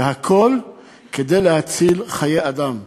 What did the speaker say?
והכול כדי להציל חיי אדם.